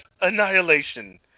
Annihilation